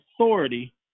authority